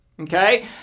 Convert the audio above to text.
Okay